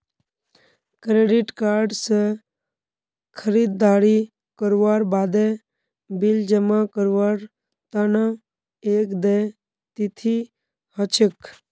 credit card स खरीददारी करवार बादे बिल जमा करवार तना एक देय तिथि ह छेक